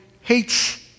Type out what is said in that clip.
hates